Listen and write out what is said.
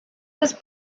was